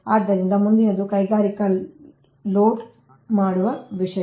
ಆದ್ದರಿಂದ ಮುಂದಿನದು ಕೈಗಾರಿಕಾ ಲೋಡ್ ಮಾಡುವ ವಿಷಯ